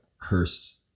cursed